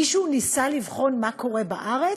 מישהו ניסה לבחון מה קורה בארץ?